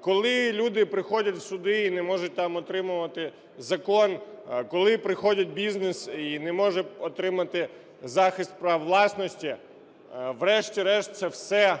Коли люди приходять в суди і не можуть там отримувати закон, коли приходить бізнес і не може отримати захист прав власності, врешті-решт це все